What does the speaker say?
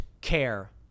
care